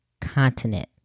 continent